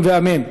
אמן ואמן.